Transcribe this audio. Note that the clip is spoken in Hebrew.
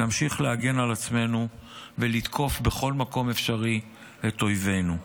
נמשיך להגן על עצמנו ולתקוף בכל מקום אפשרי את אויבינו.